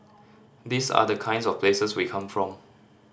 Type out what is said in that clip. these are the kinds of places we come from